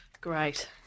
Great